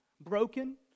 broken